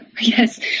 yes